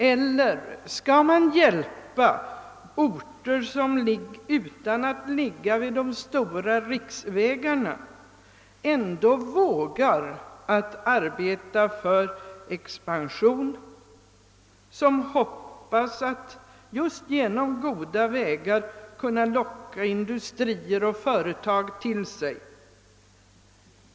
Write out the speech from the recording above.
Eller skall vi hjälpa orter, som utan att ligga vid de stora riksvägarna ändå vågar arbeta för expansion och som hoppas att just genom goda vägar kunna locka industrier och företag till sig?